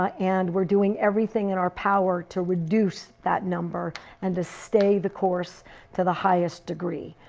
ah and we're doing everything in our power to reduce that number and to stay the course to the highest degree.